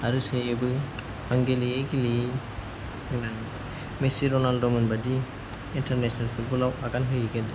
आरो सोयोबो आं गेलेयै गेलेयै देनां मेस्सि रनालद'मोनबादि इन्टारनेसनेल फुटबलाव आगान होहैगोन